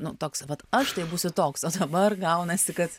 nu toks vat aš tai būsiu toks o dabar gaunasi kad